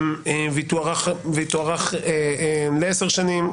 והיא תוארך לעשר שנים,